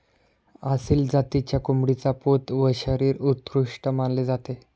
आसिल जातीच्या कोंबडीचा पोत व शरीर उत्कृष्ट मानले जाते